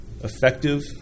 effective